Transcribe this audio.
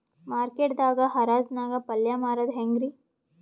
Market ದಾಗ್ ಹರಾಜ್ ನಾಗ್ ಪಲ್ಯ ಮಾರುದು ಹ್ಯಾಂಗ್ ರಿ?